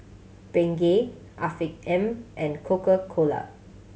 Bengay Afiq M and Coca Cola